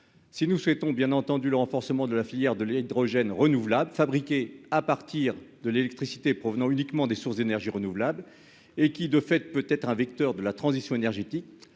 Si nous souhaitons le renforcement de la filière de l'hydrogène renouvelable, fabriqué à partir de l'électricité provenant uniquement des sources d'énergies renouvelables et qui, de fait, peut être un vecteur de la transition énergétique,